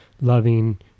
loving